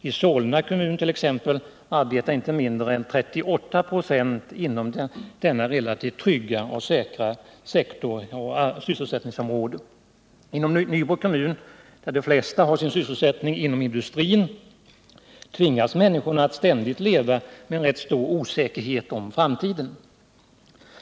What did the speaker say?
I Solna kommun t.ex. arbetar inte mindre än 38 96 inom denna relativt trygga och säkra sektor av sysselsättningsområdet. Inom Nybro kommun, där de flesta har sin sysselsättning inom industrin, tvingas människorna att ständigt leva med stor osäkerhet om framtiden.